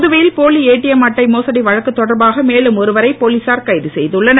புதுவையில் போலி ஏடிஎம் அட்டை மோசடி வழக்கு தொடர்பாக மேலும் ஒருவரை போலீசார் கைது செய்துள்ளனர்